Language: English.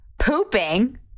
pooping